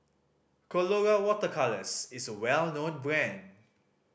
Colora Water Colours is a well known brand